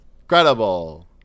Incredible